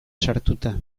sartuta